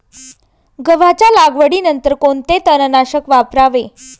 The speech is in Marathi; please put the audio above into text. गव्हाच्या लागवडीनंतर कोणते तणनाशक वापरावे?